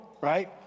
right